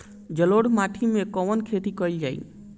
जलोढ़ माटी में कवन खेती करल जाई?